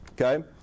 okay